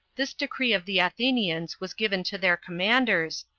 this decree of the athenians was given to their commanders,